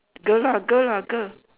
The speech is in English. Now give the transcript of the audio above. girl lah girl lah girl